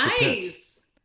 Nice